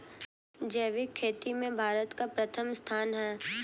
जैविक खेती में भारत का प्रथम स्थान है